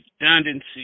redundancy